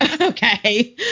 Okay